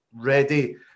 ready